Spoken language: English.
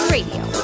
Radio